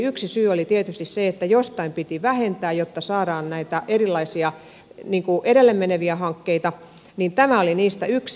yksi syy oli tietysti se että jostain piti vähentää jotta saadaan näitä erilaisia edelle meneviä hankkeita ja tämä oli niistä yksi